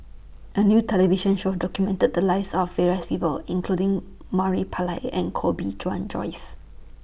A New television Show documented The Lives of various People including Murali Pillai and Koh Bee Tuan Joyce